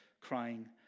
crying